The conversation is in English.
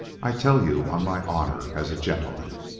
i tell you on my honor as a gentleman.